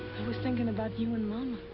was thinking about you and mama.